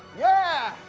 yeah!